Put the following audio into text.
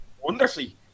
wonderfully